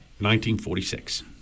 1946